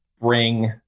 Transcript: bring